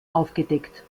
aufgedeckt